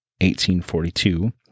1842